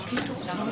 נעולה.